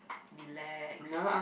relax